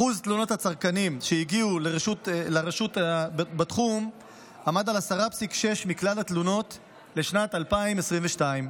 אחוז תלונות הצרכנים שהגיעו בתחום עמד על 10.6% מכלל התלונות בשנת 2022,